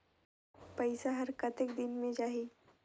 पइसा हर कतेक दिन मे जाही?